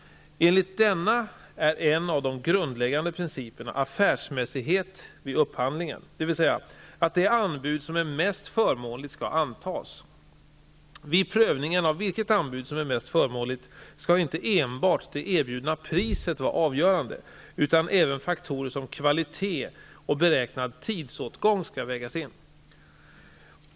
Enligt denna är en av de grundläggande principerna affärsmässighet vid upphandlingen, dvs. att det anbud som är mest förmånligt skall antas. Vid prövningen av vilket anbud som är mest förmånligt skall inte enbart det erbjudna priset vara avgörande, utan även faktorer som kvalitet och beräknad tidsåtgång skall vägas in.